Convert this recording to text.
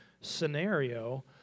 scenario